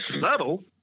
subtle